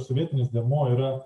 sovietinis dėmuo yra